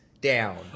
down